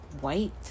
white